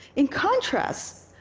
in contrast,